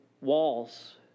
walls